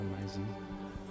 amazing